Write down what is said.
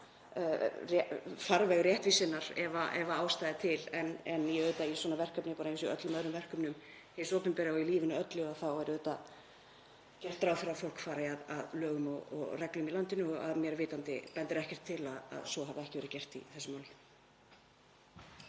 farveg réttvísinnar ef ástæða er til. En í svona verkefni, eins og í öllum öðrum verkefnum hins opinbera og í lífinu öllu, þá er auðvitað gert ráð fyrir að fólk fari að lögum og reglum í landinu. Mér að vitandi bendir ekkert til að svo hafi ekki verið gert í þessu máli.